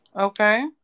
okay